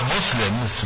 Muslims